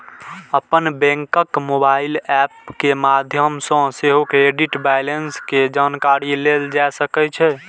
अपन बैंकक mobile app के माध्यम सं सेहो क्रेडिट बैंलेंस के जानकारी लेल जा सकै छै